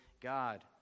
God